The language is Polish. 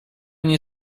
nie